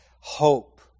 hope